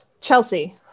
Chelsea